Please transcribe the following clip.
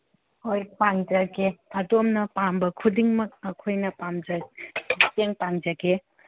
ꯍꯣꯏ ꯄꯥꯡꯖꯒꯦ ꯑꯗꯣꯝꯅ ꯄꯥꯝꯕ ꯈꯨꯗꯤꯡꯃꯛ ꯑꯩꯈꯣꯏꯅ ꯃꯇꯦꯡ ꯄꯥꯡꯖꯒꯦ